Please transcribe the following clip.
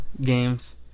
games